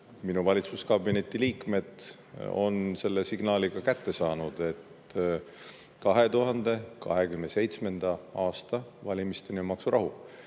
minu valitsuskabineti liikmed on selle signaali ka kätte saanud, et 2027. aasta valimisteni on maksurahu.